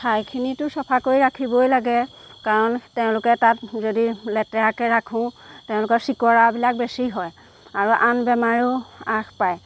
ঠাইখিনিতো চফা কৰি ৰাখিবই লাগে কাৰণ তেওঁলোকে তাত যদি লেতেৰাকৈ ৰাখো তেওঁলোকৰ চিকৰাবিলাক বেছি হয় আৰু আন বেমাৰেও আস পায়